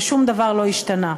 ושום דבר לא השתנה.